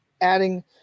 adding